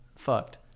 Fucked